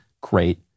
great